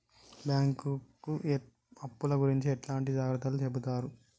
బ్యాంకులు అప్పుల గురించి ఎట్లాంటి జాగ్రత్తలు చెబుతరు?